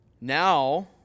Now